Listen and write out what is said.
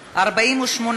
העשרים, התשע"ה 2015, נתקבלה.